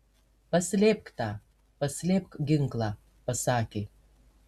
paslėpk tą paslėpk ginklą pasakė